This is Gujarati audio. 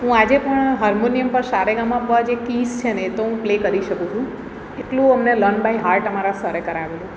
હું આજે પણ હાર્મોનિયમ પર સારેગામાપા જે કિસ છે ને એતો હું પ્લે કરી શકું છું એટલું અમને લર્ન બાય હાર્ટ અમારા સરે કરાવેલું